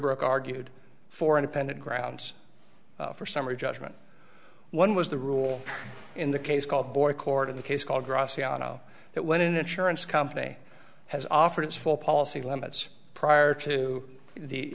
brook argued for independent grounds for summary judgment one was the rule in the case called boy court in the case called graziano that when an insurance company has offered its full policy limits prior to the